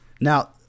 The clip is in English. Now